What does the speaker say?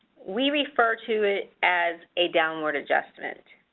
we refer to it as a downward adjustment.